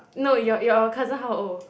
no your your cousin how old